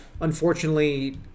unfortunately